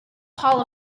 hall